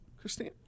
Christine